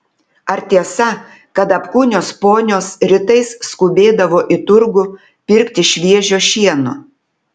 ar tiesa kad apkūnios ponios rytais skubėdavo į turgų pirkti šviežio šieno